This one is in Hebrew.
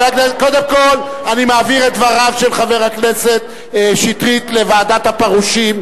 קודם כול אני מעביר את דבריו של חבר הכנסת שטרית לוועדת הפירושים.